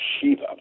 Shiva